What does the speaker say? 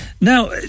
Now